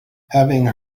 having